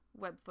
Webfoot